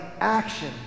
action